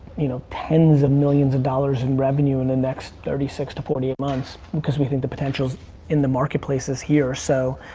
you know, tens of millions of dollars in revenue in the next thirty six to forty eight months, cause we think the potential in the marketplace is here, so.